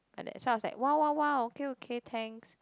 and that's why was like wow wow wow okay okay thanks